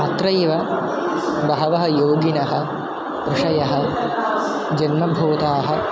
अत्रैव बहवः योगिनः ऋषयः जन्मभबताः